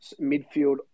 midfield